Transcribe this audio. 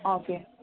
okay